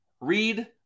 Read